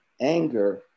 anger